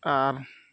ᱟᱨ